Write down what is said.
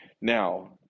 Now